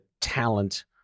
talent